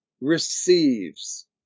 receives